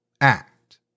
act